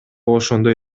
ошондой